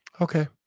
Okay